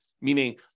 meaning